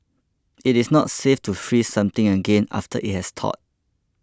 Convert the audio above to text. it is not safe to freeze something again after it has thawed